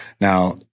Now